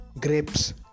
grapes